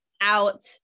out